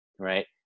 right